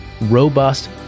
robust